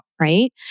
right